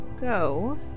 go